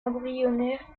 embryonnaire